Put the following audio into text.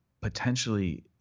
potentially